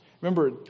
Remember